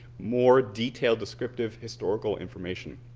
more detailed descriptive historical information.